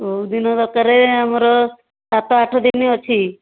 କେଉଁ ଦିନ ଦରାକର ଆମର ସାତ ଆଠ ଦିନ ଅଛି